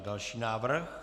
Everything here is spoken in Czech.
Další návrh.